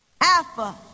Alpha